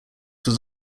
was